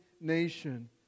nation